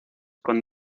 con